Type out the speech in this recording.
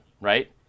right